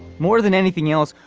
more than anything else.